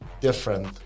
different